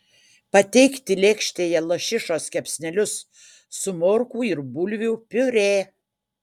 pateikti lėkštėje lašišos kepsnelius su morkų ir bulvių piurė